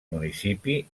municipi